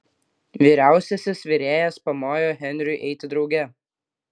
vyriausiasis virėjas pamojo henriui eiti drauge